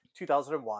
2001